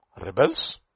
Rebels